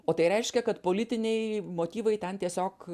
o tai reiškia kad politiniai motyvai ten tiesiog